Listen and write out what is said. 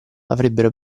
avrebbero